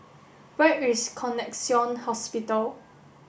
where is Connexion Hospital